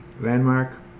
Landmark